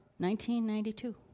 1992